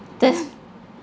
then